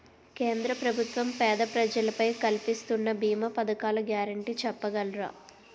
కేంద్ర ప్రభుత్వం పేద ప్రజలకై కలిపిస్తున్న భీమా పథకాల గ్యారంటీ చెప్పగలరా?